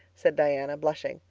said diana, blushing.